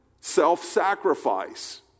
self-sacrifice